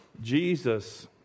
jesus